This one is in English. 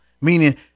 Meaning